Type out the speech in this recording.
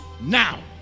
now